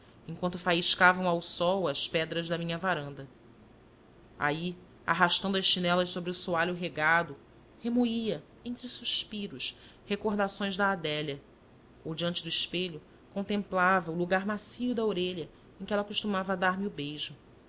quanto faiscavam ao sol as pedras da minha varanda aí arrastando as chinelas sobre o soalho regado remoía entre suspiros recordações da adélia ou diante do espelho contemplava o lugar macio da orelha em que ela costumava dar-me o beijo